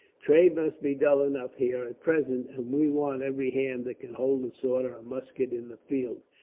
trade must be dull enough here, at present, and we want every hand that can hold a sword or a musket in the field.